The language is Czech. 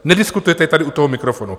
Nediskutujete tady u toho mikrofonu.